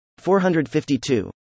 452